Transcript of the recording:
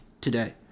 today